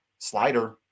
Slider